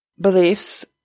beliefs